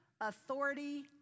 authority